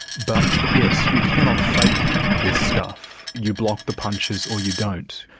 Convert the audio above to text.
but yes, you cannot fake this stuff. you block the punches or you don't,